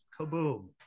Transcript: Kaboom